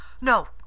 no